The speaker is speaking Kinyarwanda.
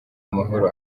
amahoro